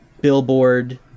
billboard